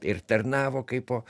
ir tarnavo kaipo